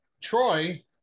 Troy